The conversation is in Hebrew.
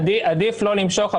עדיף לא למשוך,